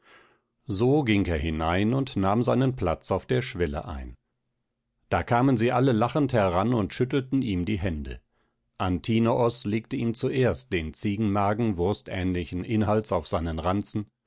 so ging er hinein und nahm seinen platz auf der schwelle ein da kamen sie alle lachend heran und schüttelten ihm die hände antinoos legte ihm zuerst den ziegenmagen wurstähnlichen inhalts auf seinen ranzen